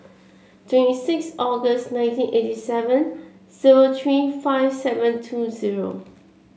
twenty six August nineteen eighty seven seven three five seven two zero